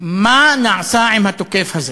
מה נעשה עם התוקף הזה,